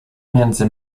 między